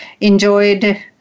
enjoyed